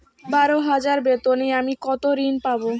বারো হাজার বেতনে আমি কত ঋন পাব?